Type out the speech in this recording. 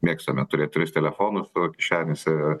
mėgstame turėt tris telefonus kišenėse